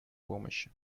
помощи